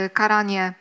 karanie